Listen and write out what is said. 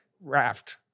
raft